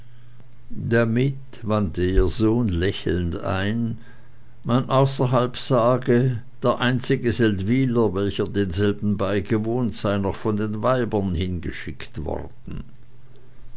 damit wandte ihr sohn lächelnd ein man außerhalb sage der einzige seldwyler welcher denselben beigewohnt sei noch von den weibern hingeschickt worden